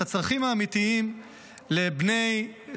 את הצרכים האמיתיים למשרתים,